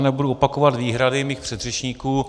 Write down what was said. Nebudu opakovat výhrady svých předřečníků.